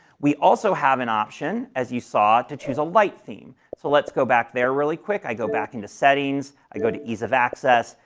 we also have an option, as you saw, to choose a light theme. so, let's go back there really quick. i go back into settings, i go to ease of access,